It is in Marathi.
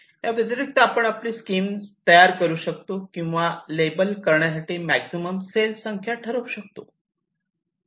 याव्यतिरिक्त आपण आपली स्कीम तयार करू शकतो किंवा लेबल करण्यासाठी मॅक्झिमम सेल संख्या ठरवू शकतो